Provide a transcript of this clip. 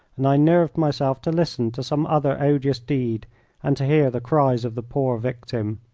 and i nerved myself to listen to some other odious deed and to hear the cries of the poor victim.